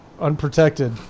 unprotected